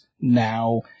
now